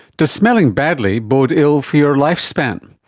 does smelling badly abode ill for your lifespan?